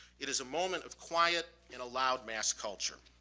it is a moment of quiet in a loud mass culture.